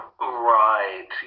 Right